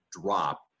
drop